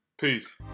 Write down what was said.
Peace